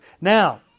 Now